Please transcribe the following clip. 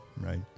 right